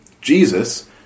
Jesus